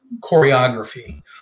choreography